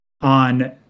on